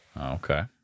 Okay